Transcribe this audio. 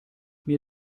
mir